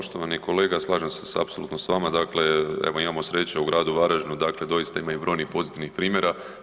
Poštovani kolega slažem se apsolutno s vama, dakle evo imamo sreću u gradu Varaždinu dakle doista ima i brojnih pozitivnih primjera.